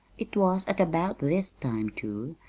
it was at about this time, too,